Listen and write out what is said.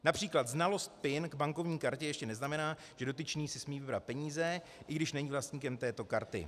Například znalost PIN k bankovní kartě ještě neznamená, že dotyčný si smí vybrat peníze, i když není vlastníkem této karty.